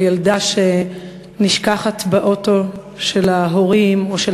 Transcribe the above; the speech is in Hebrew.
של ילדה שנשכחת באוטו של ההורים או של